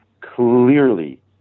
clearly